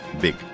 big